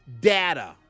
data